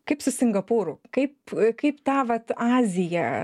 kaip su singapūru kaip kaip tą vat aziją